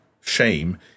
shame